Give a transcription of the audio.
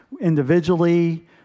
individually